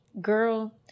girl